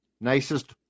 nicest